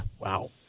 Wow